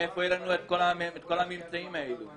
מאיפה יהיו לנו כל הממצאים האלו?